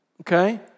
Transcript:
okay